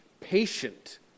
patient